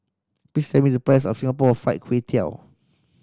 please tell me the price of Singapore Fried Kway Tiao